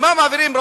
ומה מעבירים היום,